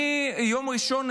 יום ראשון,